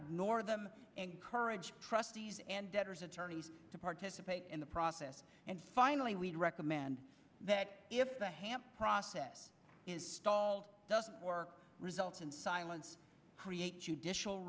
ignore them and courage trustees and debtors attorneys to participate in the process and finally we'd recommend that if the hamp process is stalled doesn't work results in silence create judicial